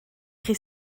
chi